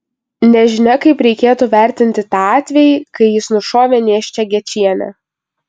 nežinia kaip reikėtų vertinti tą atvejį kai jis nušovė nėščią gečienę